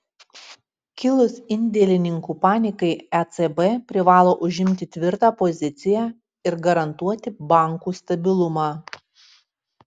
kilus indėlininkų panikai ecb privalo užimti tvirtą poziciją ir garantuoti bankų stabilumą